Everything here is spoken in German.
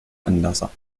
anlasser